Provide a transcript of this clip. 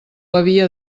havia